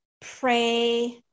pray